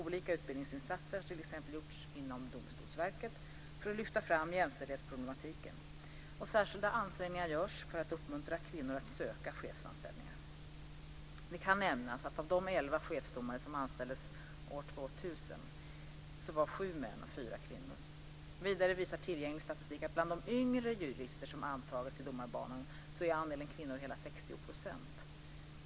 Olika utbildningsinsatser har t.ex. gjorts inom Domstolsverket för att lyfta fram jämställdhetsproblematiken, och särskilda ansträngningar görs för att uppmuntra kvinnor att söka chefsanställningar. Det kan nämnas att av de elva chefsdomare som anställdes år 2000 var sju män och fyra kvinnor. Vidare visar tillgänglig statistik att bland de yngre jurister som antagits till domarbanan är andelen kvinnor hela 60 %.